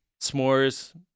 S'mores